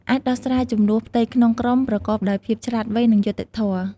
អាចដោះស្រាយជម្លោះផ្ទៃក្នុងក្រុមប្រកបដោយភាពឆ្លាតវៃ និងយុត្តិធម៌។